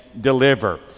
deliver